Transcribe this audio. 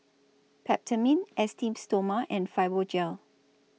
Peptamen Esteem Stoma and Fibogel